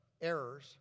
errors